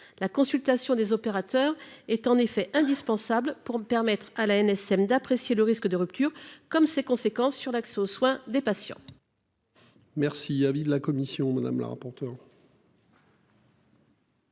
La consultation des opérateurs est en effet indispensable pour permettre à l'ANSM d'apprécier le risque de rupture comme ses conséquences sur l'accès aux soins des patients.--